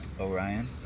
orion